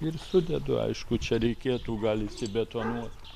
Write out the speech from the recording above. ir sudedu aišku čia reikėtų gali įsibetonuot